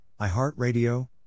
iHeartRadio